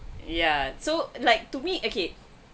ya so like to me okay